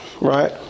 right